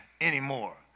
anymore